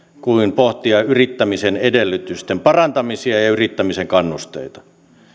kuin pohtia yrittämisen edellytysten parantamista ja ja yrittämisen kannusteita